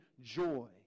joy